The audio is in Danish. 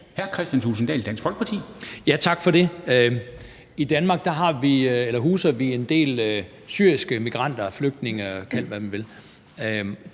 13:36 Kristian Thulesen Dahl (DF): Tak for det. I Danmark huser vi en del syriske migranter, flygtninge, kald dem, hvad man vil.